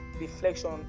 reflection